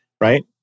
right